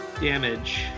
damage